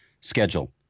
schedule